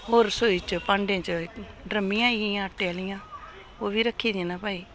होर रसोई च भांडे च ड्रम्मियां आई गेइयां आटे आह्लियां ओह् बी रक्खी दियां न भाई